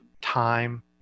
time